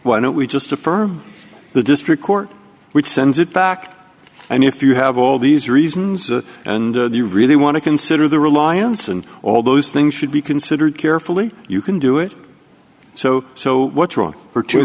why don't we just affirm the district court which sends it back and if you have all these reasons and you really want to consider the reliance and all those things should be considered carefully you can do it so so what's wrong or t